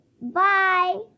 Bye